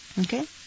okay